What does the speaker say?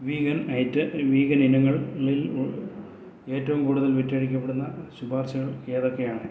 vegan ഐറ്റ് vegan ഇനങ്ങളിൽ ഏറ്റവും കൂടുതൽ വിറ്റഴിക്കപ്പെടുന്ന ശുപാർശകൾ ഏതൊക്കെയാണ്